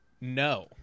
No